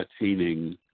attaining